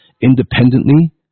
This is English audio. independently